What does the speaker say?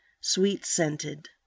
sweet-scented